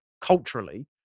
culturally